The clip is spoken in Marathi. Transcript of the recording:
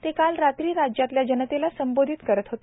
ते काल रात्री राज्यातल्या जनतेला संबोधित करत होते